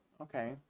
Okay